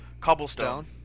cobblestone